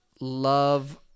love